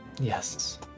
Yes